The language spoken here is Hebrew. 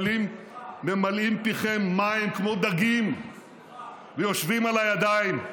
ממלאים פיכם מים כמו דגים ויושבים על הידיים.